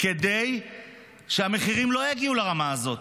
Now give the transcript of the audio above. כדי שהמחירים לא יגיעו לרמה הזאת.